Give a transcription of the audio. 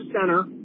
center